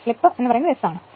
slip S ആണ്